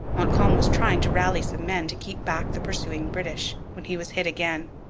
montcalm was trying to rally some men to keep back the pursuing british when he was hit again,